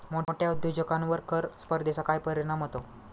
मोठ्या उद्योजकांवर कर स्पर्धेचा काय परिणाम होतो?